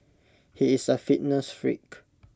he is A fitness freak